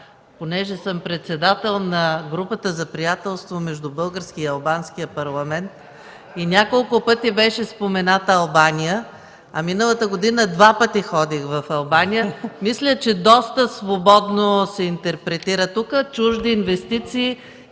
Понеже съм председател на Групата за приятелство между Българския и Албанския парламент и няколко пъти беше спомената Албания, а миналата година два пъти ходих там, мисля, че доста свободно се интерпретира тук. Чужди инвестиции